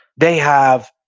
they have,